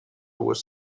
was